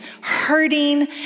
hurting